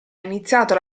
iniziato